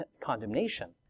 condemnation